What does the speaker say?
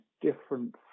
different